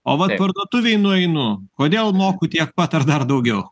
o vat parduotuvėj nueinu kodėl moku tiek pat ar dar daugiau